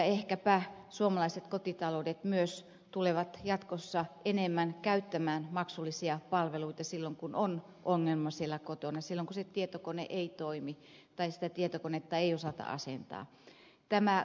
ehkäpä suomalaiset kotitaloudet myös tulevat jatkossa enemmän käyttämään maksullisia palveluita silloin kun on ongelma siellä kotona silloin kun se tietokone ei toimi tai sitä tietokonetta ei osata asentaa